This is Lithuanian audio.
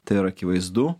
tai yra akivaizdu